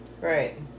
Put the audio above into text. Right